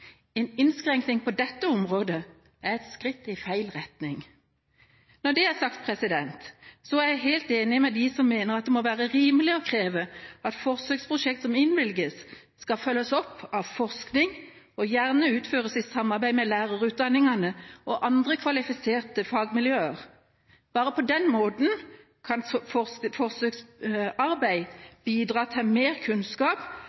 En innskrenkning på dette området er et skritt i feil retning. Når det er sagt, er jeg helt enig med dem som mener at det må være rimelig å kreve at forsøksprosjekt som innvilges, skal følges opp av forskning og gjerne utføres i samarbeid med lærerutdanningene og andre kvalifiserte fagmiljøer. Bare på den måten kan forsøksarbeid bidra til mer kunnskap